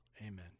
Amen